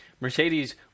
Mercedes